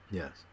yes